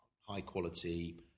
high-quality